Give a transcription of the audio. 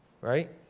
Right